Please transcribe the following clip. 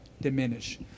Diminish